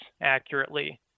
accurately